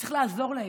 וצריך לעזור להם.